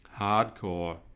hardcore